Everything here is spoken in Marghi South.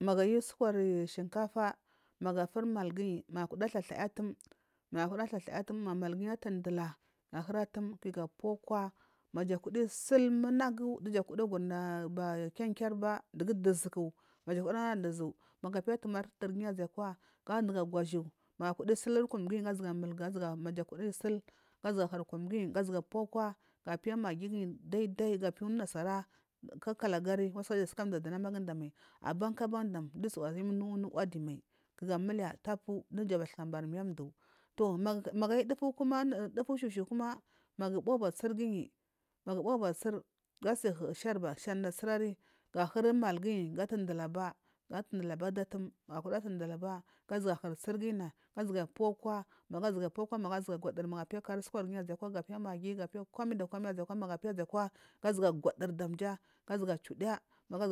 Magu ayu usukuwar shinkafa magu ahuri umalu guyi magu kura athathaya atam magu kura athathaya atum dugu kura atundula imulyiyi maja kura sil ba kiya kiyarba dugu duzuku maja kura na duzu ga piya tumator giyi aukwa gunda ga gushu grada ga gusthu gu zuwa duda maju kuba isil ga zuwa piya kawa ga piya maggi guyi giva apiya unasom kakal wasika kuja amda dunamaiyi baukyi aban dam mdu ayiwa aweya uku awadi mal ku ga a mulaya pu dija bathka mbari miyamdu nvundu magu ayu dufu shushaku kuna magu uba tsir guyi ma gu uba tsir guyi ma gu uba tsir gu asiyi shana tsinari ga hiri umalu guyi ga atundulaba du atum magu kura tunduluba gu zuwa hiri tsiri guyina ga piya akowa magu zuwa piya akowa ga hiri kanri usukuwar giyi ga piya koni koni aukowa ga zuwa piya maggi ga piya kari usukuwar giyu gu